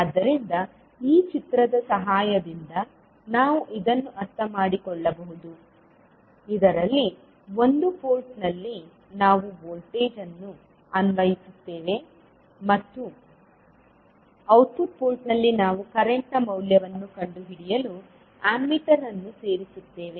ಆದ್ದರಿಂದ ಈ ಚಿತ್ರ ದ ಸಹಾಯದಿಂದ ನಾವು ಇದನ್ನು ಅರ್ಥಮಾಡಿಕೊಳ್ಳಬಹುದು ಇದರಲ್ಲಿ ಒಂದು ಪೋರ್ಟ್ನಲ್ಲಿ ನಾವು ವೋಲ್ಟೇಜ್ ಅನ್ನು ಅನ್ವಯಿಸುತ್ತೇವೆ ಮತ್ತು ಔಟ್ಪುಟ್ ಪೋರ್ಟ್ನಲ್ಲಿ ನಾವು ಕರೆಂಟ್ನ ಮೌಲ್ಯವನ್ನು ಕಂಡುಹಿಡಿಯಲು ಅಮ್ಮೀಟರ್ ಅನ್ನು ಸೇರಿಸುತ್ತೇವೆ